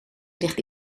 ligt